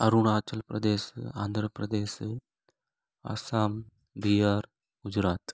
Arunachal Pradesh Andhra Pradesh Assam Bihar Gujarat